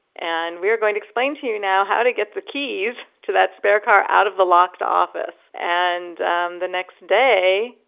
and we are going to explain to you now how to get the keys to that spare car out of the locked office. and um the next day,